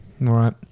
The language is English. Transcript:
Right